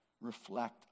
reflect